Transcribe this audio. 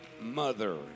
mother